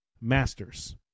Masters